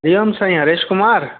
Hariom Sai Hareshkumar